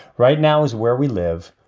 right now is where we live.